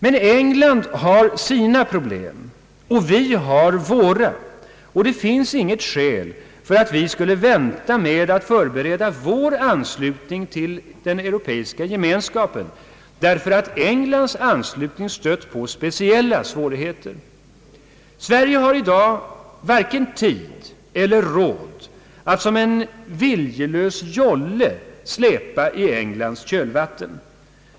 Men England har sina problem, och vi har våra, och det finns inget skäl för att vi skulle vänta med att förbereda vår anslutning till den europeiska gemenskapen därför att Englands anslutning stött på speciella svårigheter. Sverige har i dag varken tid eller råd att som en viljelös jolle släpa i Englands kölvatten.